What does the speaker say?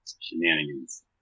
shenanigans